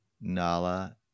Nala